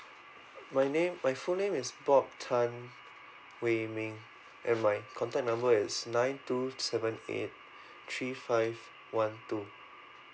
my name my full name is bob tan wei ming and my contact number is nine two seven eight three five one two